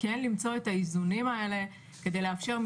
צריך למצוא את האיזונים האלה כדי לאפשר,